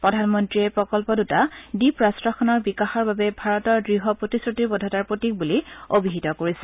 প্ৰধানমন্ত্ৰীয়ে প্ৰকন্প দুটা দ্বীপ ৰাষ্টখনৰ বিকাশৰ বাবে ভাৰতৰ দৃঢ় প্ৰতিশ্ৰুতিবদ্ধতাৰ প্ৰতীক বুলি অভিহিত কৰিছে